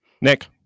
Nick